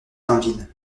tinville